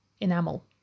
enamel